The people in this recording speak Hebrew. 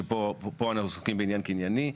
שפה אנחנו עוסקים בעניין קנייני.